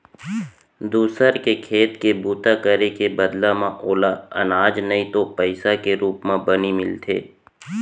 दूसर के खेत के बूता करे के बदला म ओला अनाज नइ तो पइसा के रूप म बनी मिलथे